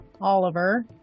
oliver